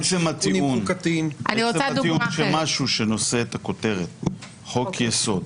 עצם הטיעון של משהו שנושא את הכותרת, חוק יסוד.